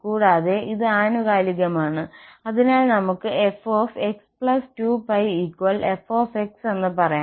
കൂടാതെ ഇത് ആനുകാലികമാണ് അതിനാൽ നമുക്ക് f x2πf എന്ന് പറയാം